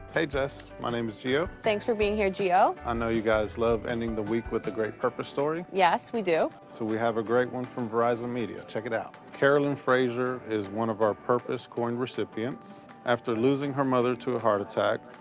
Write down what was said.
hey jess, my name is gio. thanks for being here gio. i know you guys love ending the week with a great purpose story. yes we do! so we have a great one from verizon media, check it out. carolyn frazier is one of our purpose coin recipients. after losing her mother to a heart attack,